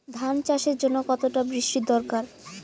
ধান চাষের জন্য কতটা বৃষ্টির দরকার?